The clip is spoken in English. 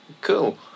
cool